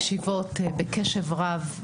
מקשיבות בקשב רב,